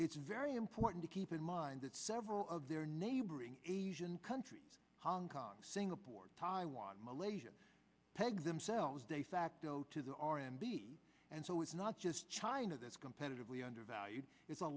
it's very important to keep in mind that several of their neighboring asian countries hong kong singapore taiwan malaysia peg themselves de facto to the r and b and so it's not just china that's competitively undervalued it's a